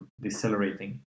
decelerating